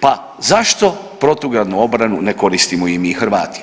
pa zašto protugradnu obranu ne koristimo i mi Hrvati?